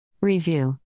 Review